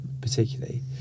particularly